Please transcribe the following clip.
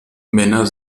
männer